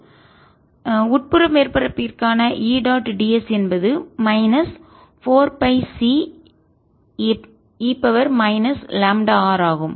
எனவே உட்புற மேற்பரப்பிற்கான E டாட் ds என்பது minus 4 pi C e λr ஆகும்